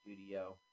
Studio